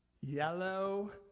Yellow